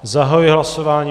Zahajuji hlasování.